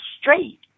straight